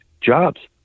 Jobs